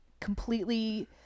completely